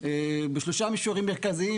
בשלושה מישורים מרכזיים,